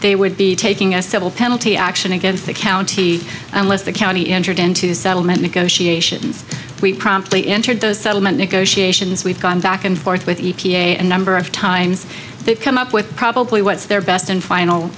they would be taking a civil penalty action against the county unless the county entered into settlement negotiations we promptly entered those settlement negotiations we've gone back and forth with e t a a number of times they've come up with probably what's their best and final